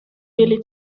billy